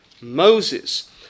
Moses